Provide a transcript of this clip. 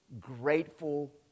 grateful